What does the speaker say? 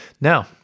Now